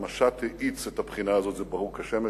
המשט האיץ את הבחינה הזאת, זה ברור כשמש.